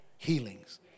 healings